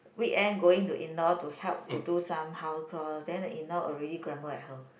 weekend going to in law to help to do some house chore then the in law already grumble at her